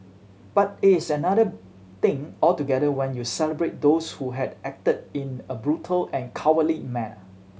but it is another thing altogether when you celebrate those who had acted in a brutal and cowardly manner